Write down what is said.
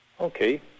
Okay